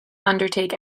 undertake